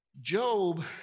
Job